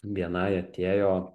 bni atėjo